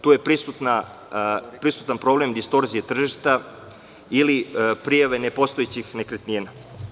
Tu je prisutan problem distorzije tržišta ili prijave nepostojećih nekretnina.